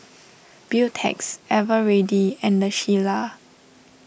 Beautex Eveready and the Shilla